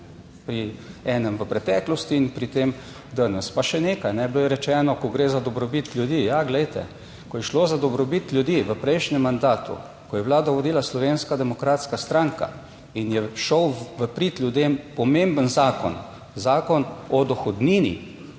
pri enem v preteklosti in pri tem danes. Pa še nekaj, bilo je rečeno, ko gre za dobrobit ljudi. Ja, glejte, ko je šlo za dobrobit ljudi v prejšnjem mandatu, ko je vlado vodila Slovenska demokratska stranka in je šel v prid ljudem pomemben zakon, Zakon o dohodnini,